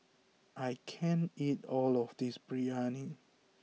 I can't eat all of this Biryani